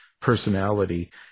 personality